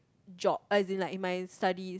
job as in like in my studies